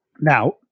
Now